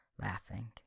laughing